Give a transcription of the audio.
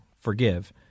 forgive